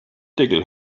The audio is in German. deckel